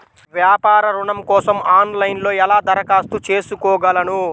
వ్యాపార ఋణం కోసం ఆన్లైన్లో ఎలా దరఖాస్తు చేసుకోగలను?